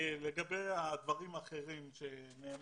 איזה עוד דרישות יש לך?